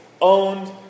owned